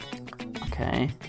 Okay